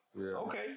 Okay